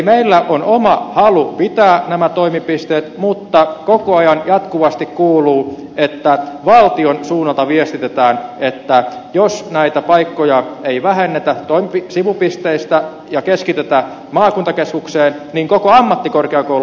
meillä on oma halu pitää nämä toimipisteet mutta koko ajan jatkuvasti kuuluu että valtion suunnalta viestitetään että jos näitä paikkoja ei vähennetä sivupisteistä ja keskitetä maakuntakeskukseen niin koko ammattikorkeakoulu viedään